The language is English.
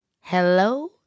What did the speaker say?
hello